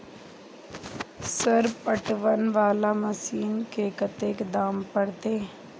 Sir पटवन वाला machine के कतेक दाम परतें?